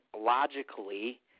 logically